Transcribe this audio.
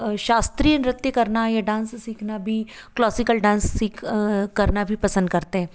शास्त्रीय नृत्य करना या डांस सिखाना भी क्लासिकल डांस सीख करना भी पसंद करते हैं